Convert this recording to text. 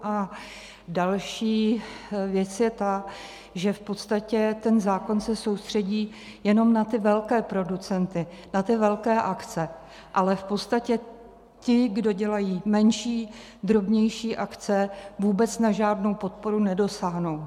A další věc je ta, že v podstatě se ten zákon soustředí jenom na ty velké producenty, na ty velké akce, ale v podstatě ti, kdo dělají menší, drobnější akce, vůbec na žádnou podporu nedosáhnou.